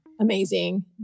Amazing